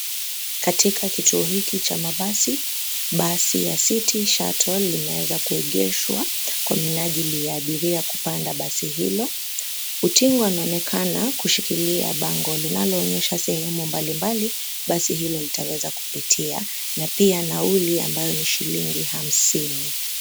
Katika kituo hiki cha mabasi, basi ya City Shuttle limeweza kuegeshwa kwa minaji ya abiria kupanda kwa basi hilo . Utingo anaonekana kushikilia bango linaloonyesha sehemu mbalimbali, basi hilo litaweza kupitia, na pia nauli ambayo ni shilingi hamsini.